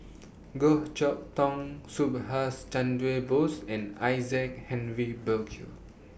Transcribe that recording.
Goh Chok Tong Subhas Chandra Bose and Isaac Henry Burkill